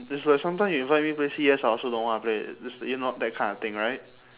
it's like sometime you invite me play C_S I also don't wanna play it's you know that kind of thing right